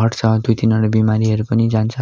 हट्छ दुई तिनवटा बिमारीहरू पनि जान्छ